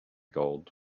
gold